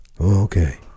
Okay